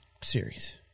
series